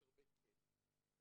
מאשר בית כלא.